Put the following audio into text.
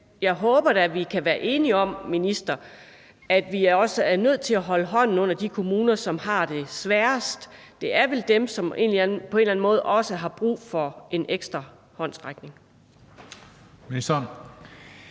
jeg håber da, vi kan være enige om, minister, at vi også er nødt til at holde hånden under de kommuner, som har det sværest. Det er vel dem, som på en eller anden måde har også har brug for en ekstra håndsrækning?